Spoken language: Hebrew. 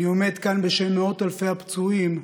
אני עומד כאן בשם מאות אלפי הפצועים,